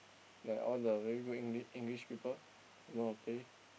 like all the very good Engli~ English people who know how to play